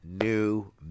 new